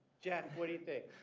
jeff, what do you think?